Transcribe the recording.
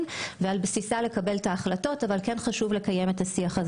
ועל בסיסה לקבל החלטות אבל חשוב לקיים את השיח.